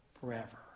forever